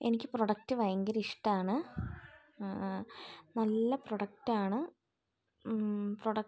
എനിക്ക് പ്രൊഡക്റ്റ് ഭയങ്കര ഇഷ്ടമാണ് നല്ല പ്രൊഡക്റ്റ് ആണ് പ്രൊഡക്റ്റ്